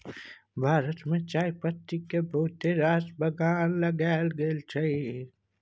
भारत मे चायपत्ती केर बहुत रास बगान लगाएल गेल छै